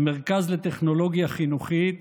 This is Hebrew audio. המרכז לטכנולוגיה חינוכית